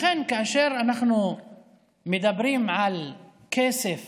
כשאנחנו מדברים על כסף